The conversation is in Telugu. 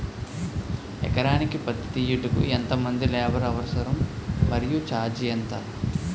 ఎకరానికి పత్తి తీయుటకు ఎంత మంది లేబర్ అవసరం? మరియు ఛార్జ్ ఎంత?